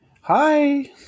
Hi